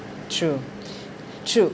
true true